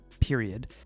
period